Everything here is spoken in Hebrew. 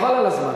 חבל על הזמן.